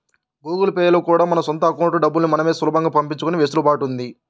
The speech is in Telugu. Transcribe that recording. గూగుల్ పే లో కూడా మన సొంత అకౌంట్లకి డబ్బుల్ని మనమే సులభంగా పంపించుకునే వెసులుబాటు ఉంది